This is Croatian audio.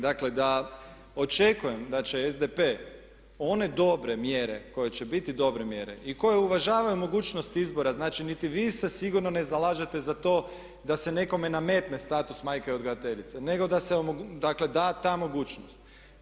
Dakle da očekujem da će SDP one dobre mjere koje će biti dobre mjere i koje uvažavaju mogućnost izbora, znači niti vi se sigurno ne zalažete za to da se nekome nametne status majke odgojiteljice nego da se dakle da ta mogućnost.